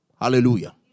hallelujah